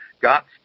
got